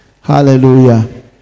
hallelujah